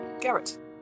Garrett